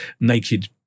naked